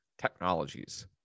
technologies